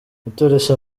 gutoresha